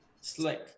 Slick